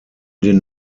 den